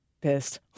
Pissed